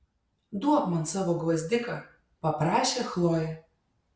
duok man savo gvazdiką paprašė chlojė